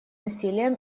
насилием